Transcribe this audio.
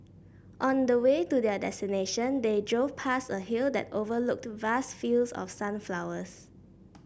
on the way to their destination they drove past a hill that overlooked vast fields of sunflowers